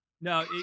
No